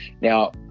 now